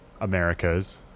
americas